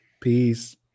Peace